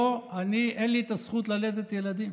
אין לי את הזכות ללדת ילדים.